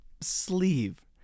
sleeve